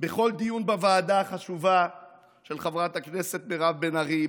בכל דיון בוועדה החשובה של חברת הכנסת מירב בן ארי,